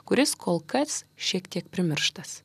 kuris kol kas šiek tiek primirštas